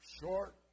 short